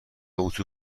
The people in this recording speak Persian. اتو